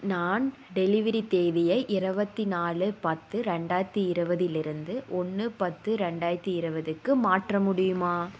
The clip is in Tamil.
நான் டெலிவெரி தேதியை இருபத்தி நாலு பத்து ரெண்டாயிரத்தி இருபதிலிருந்து ஒன்று பத்து ரெண்டாயிரத்தி இருபதுக்கு மாற்ற முடியுமா